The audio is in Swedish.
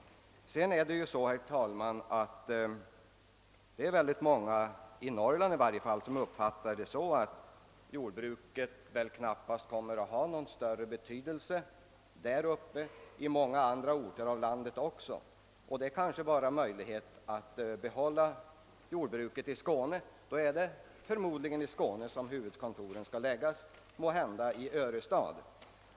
Sedan vill jag säga att många i Norrland anser att jordbruket knappast kommer att ha någon större betydelse där uppe och kanske inte heller i andra delar av landet. Om det blir möjligt att behålla jordbruket bara i Skåne, bör förmodligen föreningsrörelsens huvudkontor förläggas till Skåne, måhända till Örestad.